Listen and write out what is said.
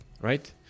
right